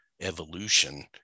evolution